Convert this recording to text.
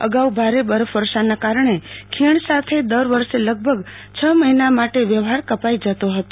અગાઉ ભારે બરફવર્ષાના કારણે ખીણ સાથે દર વર્ષે લગભગ છ મહિના માટે વ્યવહાર કપાઈ જયો હતો